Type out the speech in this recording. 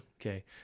okay